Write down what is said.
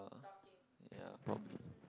yeah probably